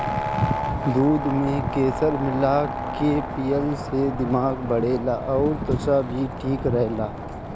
दूध में केसर मिला के पियला से दिमाग बढ़ेला अउरी त्वचा भी ठीक रहेला